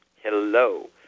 Hello